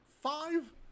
five